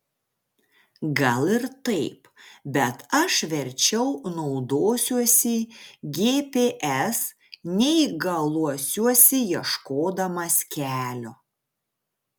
gal ir taip bet aš verčiau naudosiuosi gps nei galuosiuosi ieškodamas kelio